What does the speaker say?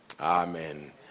Amen